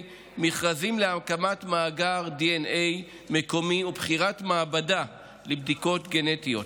מכרזים להקמת מאגר דנ"א מקומי ובחירת מעבדה לבדיקות גנטיות.